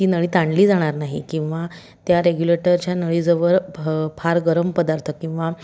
ती नळी ताणली जाणार नाही किंवा त्या रेग्युलेटरच्या नळीजवळ फार गरम पदार्थ किंवा